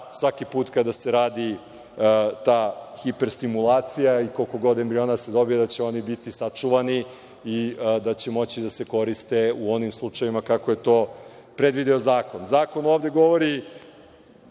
svaki put kada se radi ta hiperstimulacija i koliko kod embriona da se dobije, da će oni biti sačuvani i da će moći da se koriste u onim slučajevima kako je to predvideo zakon. Zakon ovde govori,